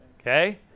Okay